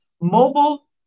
Mobile